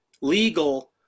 legal